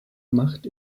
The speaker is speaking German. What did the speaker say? macht